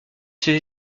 ses